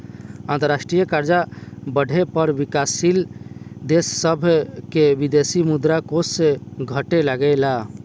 अंतरराष्ट्रीय कर्जा बढ़े पर विकाशील देश सभ के विदेशी मुद्रा कोष घटे लगेला